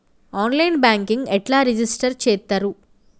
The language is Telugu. ఆన్ లైన్ బ్యాంకింగ్ ఎట్లా రిజిష్టర్ చేత్తరు?